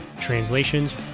translations